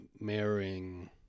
marrying